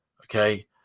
Okay